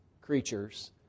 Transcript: creatures